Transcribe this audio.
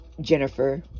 Jennifer